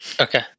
Okay